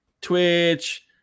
Twitch